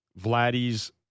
Vladdy's